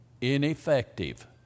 ineffective